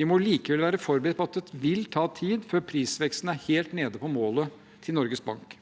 Vi må likevel være forberedt på at det vil ta tid før prisveksten er helt nede på målet til Norges Bank.